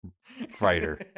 fighter